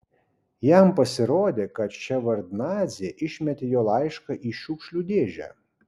jam pasirodė kad ševardnadzė išmetė jo laišką į šiukšlių dėžę